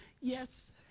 yes